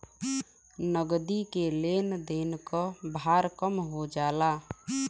नगदी के लेन देन क भार कम हो जाला